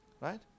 right